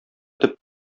төп